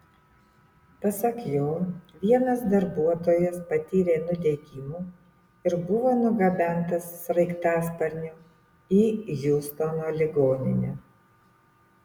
pasak jo vienas darbuotojas patyrė nudegimų ir buvo nugabentas sraigtasparniu į hjustono ligoninę